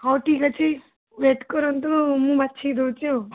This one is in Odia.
ହଉ ଠିକ୍ ଅଛି ୱେଟ୍ କରନ୍ତୁ ମୁଁ ବାଛିକି ଦେଉଛି ଆଉ